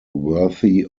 worthy